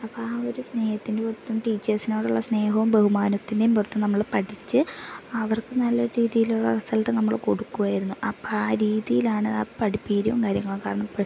അപ്പം ആ ഒരു സ്നേഹത്തിൻ്റെ പുറത്തും ടീച്ചേഴ്സിനോടുള്ള സ്നേഹവും ബഹുമാനത്തിൻ്റെയും പുറത്തും നമ്മൾ പഠിച്ച് അവർക്ക് നല്ല രീതിയിലുള്ള റിസൾട്ട് നമ്മൾ കൊടുക്കുമായിരുന്നു അപ്പം ആ രീതിയിലാണ് ആ പഠിപ്പീരും കാര്യങ്ങളും കാരണം അപ്പോൾ